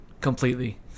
completely